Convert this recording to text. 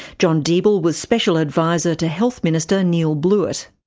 john deeble was special adviser to health minister, neal blewett.